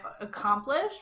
accomplished